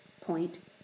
point